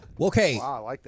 Okay